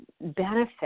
benefit